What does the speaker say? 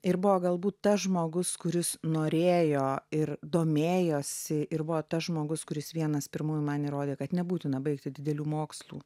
ir buvo galbūt tas žmogus kuris norėjo ir domėjosi ir buvo tas žmogus kuris vienas pirmųjų man įrodė kad nebūtina baigti didelių mokslų